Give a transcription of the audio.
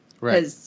Right